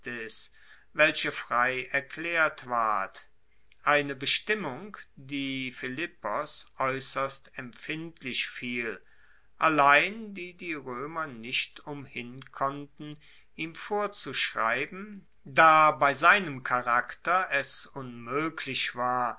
welche frei erklaert ward eine bestimmung die philippos aeusserst empfindlich fiel allein die die roemer nicht umhin konnten ihm vorzuschreiben da bei seinem charakter es unmoeglich war